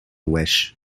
wish